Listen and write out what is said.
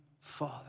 father